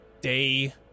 day